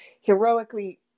heroically